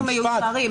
אנחנו מיושרים.